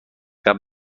قبل